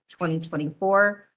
2024